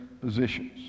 positions